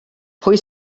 pwy